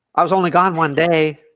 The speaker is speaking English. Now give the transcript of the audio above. i was only gone one day.